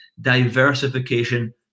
diversification